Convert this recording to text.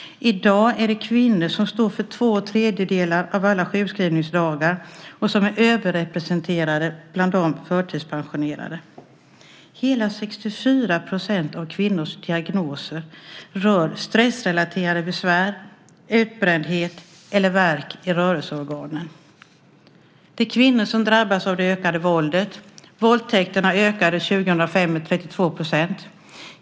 I dag är det kvinnor som står för två tredjedelar av alla sjukskrivningsdagar och som är överrepresenterade bland de förtidspensionerade. Hela 64 % av kvinnors diagnoser rör stressrelaterade besvär, utbrändhet eller värk i rörelseorganen. Det är kvinnor som drabbas av det ökade våldet. Våldtäkterna ökade 2005 med 32 %.